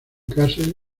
kassel